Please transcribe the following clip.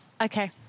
Okay